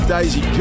Daisy